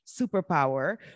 superpower